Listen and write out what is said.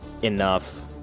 enough